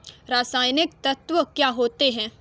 रसायनिक तत्व क्या होते हैं?